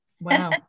Wow